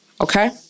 okay